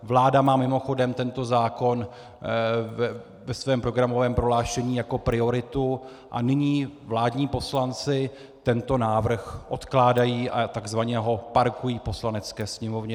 Vláda má mimochodem tento zákon ve svém programovém prohlášení jako priority, a nyní vládní poslanci tento návrh odkládají a tzv. ho parkují v Poslanecké sněmovně.